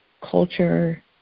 Culture